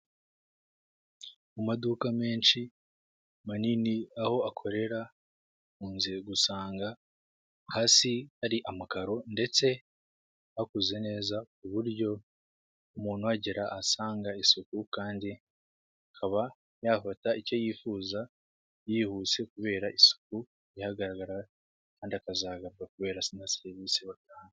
Mu maduka menshi manini aho akorera ukunze gusanga hasi hari amakaro ndetse hakoze neza ku buryo umuntu uhagera ahasanga isuku, kandi akaba yafata icyo yifuza yihuse kubera isuku ihagaragara kandi akazagaruka kubera serivisi batanga.